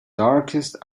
darkest